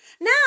Now